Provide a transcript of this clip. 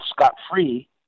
scot-free